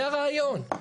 זה הרעיון.